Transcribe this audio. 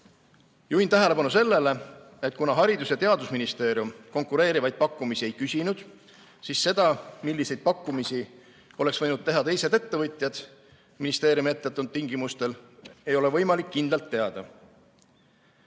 Juhin tähelepanu sellele, et kuna Haridus‑ ja Teadusministeerium konkureerivaid pakkumisi ei küsinud, siis seda, milliseid pakkumisi oleks võinud teha teised ettevõtjad ministeeriumi ette antud tingimustel, ei ole võimalik kindlalt